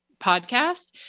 podcast